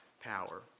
power